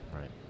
Right